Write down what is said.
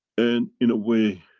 and, in a way,